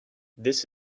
this